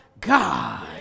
God